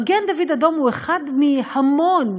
מגן-דוד-אדום הוא אחד מהמון,